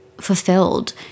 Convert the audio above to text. fulfilled